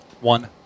One